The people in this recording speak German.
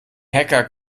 hacker